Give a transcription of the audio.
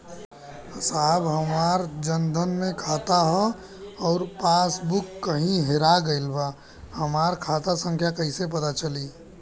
साहब हमार जन धन मे खाता ह अउर पास बुक कहीं हेरा गईल बा हमार खाता संख्या कईसे पता चली?